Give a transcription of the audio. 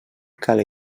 cal